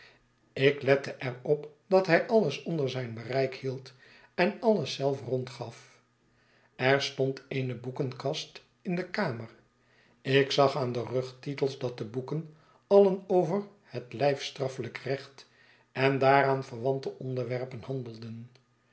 ik lette er op dat hij alles onder zijn bereik hield en alles zelf rondgaf er stond eene boekenkast in de kamer ik zag aan de rugtitels dat de boeken alien over het lijfstraffelijk recht en daaraan verwante onderwerpen handelden